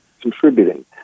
contributing